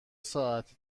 ساعتی